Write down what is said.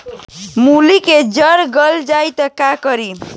मूली के जर गल जाए त का करी?